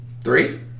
three